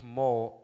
more